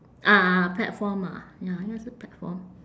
ah platform ah ya 那是 platform